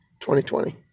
2020